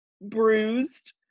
bruised